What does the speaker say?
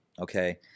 okay